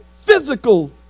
physical